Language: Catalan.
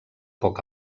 poc